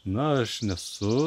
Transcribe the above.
na aš nesu